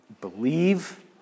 believe